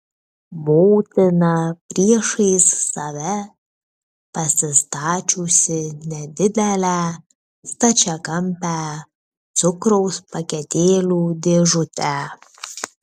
motina priešais save pasistačiusi nedidelę stačiakampę cukraus paketėlių dėžutę